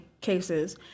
cases